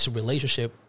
relationship